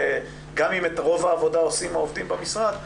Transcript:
שגם אם את רוב העבודה עושים העובדים במשרד,